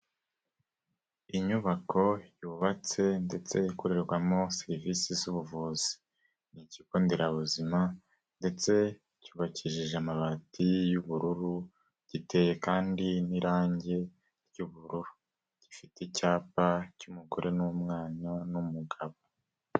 Inyubako yubatse ndetse ikorerwamo serivisi z'ubuvuzi. Ni ikigonderabuzima ndetse cyubakishije amabati y'ubururu, giteye kandi n'irangi ry'ubururu. Gifite icyapa cy'umugore n'umwana n'umugabo.